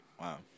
Wow